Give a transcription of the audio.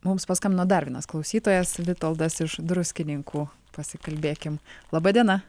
mums paskambino dar vienas klausytojas vitoldas iš druskininkų pasikalbėkim laba diena